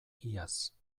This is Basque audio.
iaz